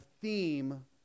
theme